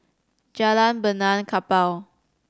Jalan Benaan Kapal